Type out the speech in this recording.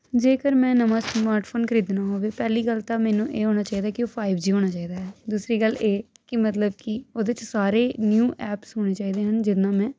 ਜੇਕਰ ਮੈਂ ਨਵਾਂ ਸਮਾਰਟ ਫੋਨ ਖਰੀਦਣਾ ਹੋਵੇ ਪਹਿਲੀ ਗੱਲ ਤਾਂ ਮੈਨੂੰ ਇਹ ਹੋਣਾ ਚਾਹੀਦਾ ਕਿ ਉਹ ਫਾਈਵ ਜੀ ਹੋਣਾ ਚਾਹੀਦਾ ਦੂਸਰੀ ਗੱਲ ਇਹ ਕਿ ਮਤਲਬ ਕਿ ਉਹਦੇ 'ਚ ਸਾਰੇ ਨਿਊ ਐਪਸ ਹੋਣੇ ਚਾਹੀਦੇ ਹਨ ਜਿਨ੍ਹਾਂ ਨਾਲ ਮੈਂ